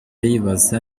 yibaza